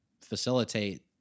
facilitate